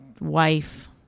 wife